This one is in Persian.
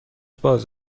باز